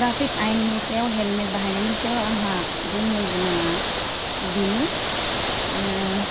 traffic आयेननि सायाव helmet बाहायनायनि सायाव आंहा बुंनो गोनाङा बेनो माने